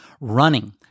running